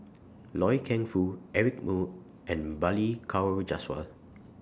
Loy Keng Foo Eric Moo and Balli Kaur Jaswal